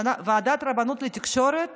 ועדת הרבנים לתקשורת